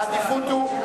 העדיפות היא,